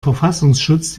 verfassungsschutz